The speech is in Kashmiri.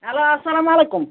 ہیلو اَلسَلام علیکُم